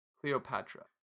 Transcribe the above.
Cleopatra